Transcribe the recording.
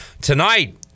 tonight